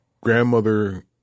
grandmother –